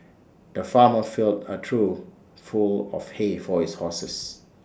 the farmer filled A true full of hay for his horses